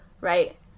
right